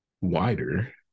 wider